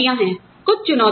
कुछ चुनौती